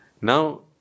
now